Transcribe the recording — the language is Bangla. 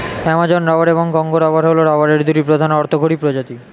অ্যামাজন রাবার এবং কঙ্গো রাবার হল রাবারের দুটি প্রধান অর্থকরী প্রজাতি